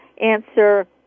answer